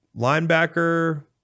linebacker